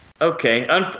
Okay